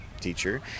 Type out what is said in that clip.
teacher